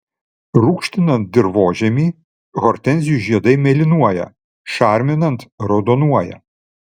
rūgštinant dirvožemį hortenzijų žiedai mėlynuoja šarminant raudonuoja